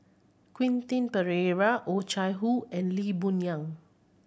Quentin Pereira Oh Chai Hoo and Lee Boon Yang